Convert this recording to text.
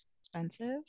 expensive